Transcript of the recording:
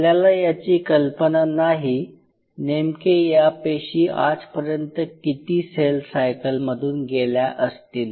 आपल्याला याची कल्पना नाही नेमके या पेशी आजपर्यंत किती सेल सायकलमधून गेल्या असतील